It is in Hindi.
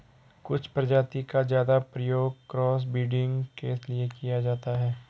कुछ प्रजाति का ज्यादा प्रयोग क्रॉस ब्रीडिंग के लिए किया जाता है